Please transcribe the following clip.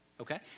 Okay